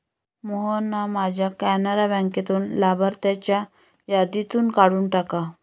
मोहनना माझ्या कॅनरा बँकेतून लाभार्थ्यांच्या यादीतून काढून टाका